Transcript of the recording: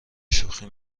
شوخی